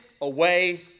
away